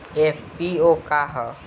FPO का ह?